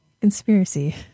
conspiracy